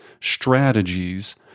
strategies